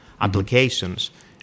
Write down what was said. applications